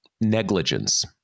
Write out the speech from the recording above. negligence